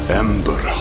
ember